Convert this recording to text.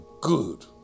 good